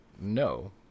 no